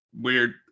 weird